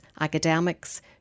academics